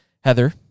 Heather